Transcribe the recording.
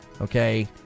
okay